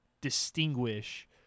distinguish